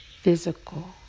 physical